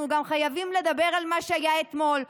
אנחנו גם חייבים לדבר על מה שהיה אתמול.